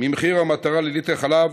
ממחיר המטרה לליטר חלב,